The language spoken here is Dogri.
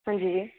हांजी